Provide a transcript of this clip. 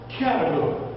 category